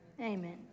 Amen